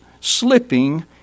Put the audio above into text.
slipping